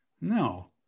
No